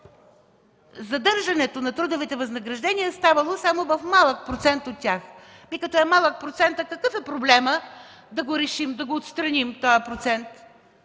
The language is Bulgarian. задържането на трудовите възнаграждения ставало само в малък процент от тях. Когато е малък процентът, какъв е проблемът да решим да отстраним този процент?